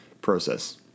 process